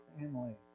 family